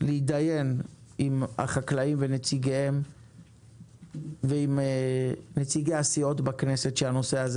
להתדיין עם החקלאים ונציגיהם ועם נציגי הסיעות בכנסת שהנושא הזה